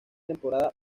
temporada